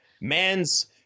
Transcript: man's